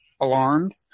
alarmed